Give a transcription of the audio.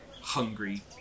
hungry